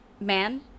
man